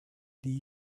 die